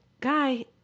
guy